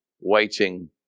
waiting